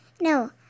no